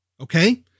Okay